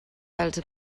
els